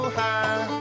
high